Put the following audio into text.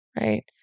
right